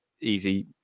easy